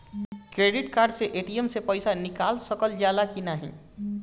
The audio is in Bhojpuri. क्रेडिट कार्ड से ए.टी.एम से पइसा निकाल सकल जाला की नाहीं?